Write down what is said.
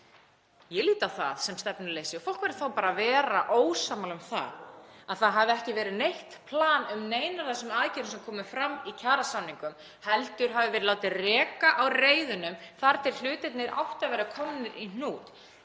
ég á þetta sem stefnuleysi og fólk verður þá bara að vera ósammála um það, að það hafi ekki verið neitt plan um neinar af þessum aðgerðum sem komu fram í kjarasamningum heldur hafi verið látið reka á reiðanum þar til hlutirnir áttu að vera komnir í hnút.